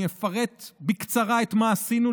אני אפרט בקצרה מה עשינו,